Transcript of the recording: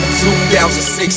2006